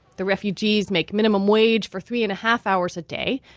the refugees make minimum wage for three and a half hours a day.